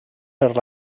per